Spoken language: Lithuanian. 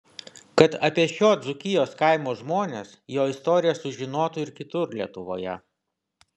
kad apie šio dzūkijos kaimo žmones jo istoriją sužinotų ir kitur lietuvoje